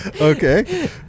Okay